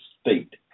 state